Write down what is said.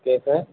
okay sir